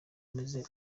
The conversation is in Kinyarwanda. ameze